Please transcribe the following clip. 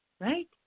right